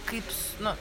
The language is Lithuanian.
kaip nu